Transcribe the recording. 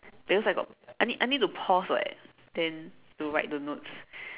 that means I got I need I need to pause [what] then to write the notes